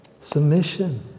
Submission